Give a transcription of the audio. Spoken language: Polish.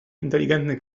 inteligentny